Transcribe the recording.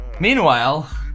Meanwhile